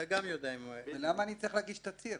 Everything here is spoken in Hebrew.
אתה גם יודע --- למה אני צריך להגיש תצהיר?